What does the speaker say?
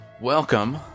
Welcome